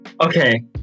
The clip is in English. Okay